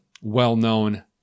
well-known